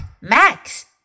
Max